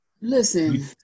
Listen